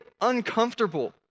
uncomfortable